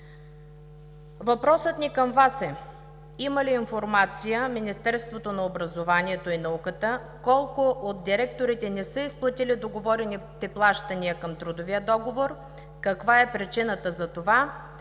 Въпросът ни към Вас е: има ли информация Министерството на образованието и науката колко от директорите не са изплатили договорените плащания към трудовия договор, каква е причината за това